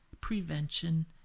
prevention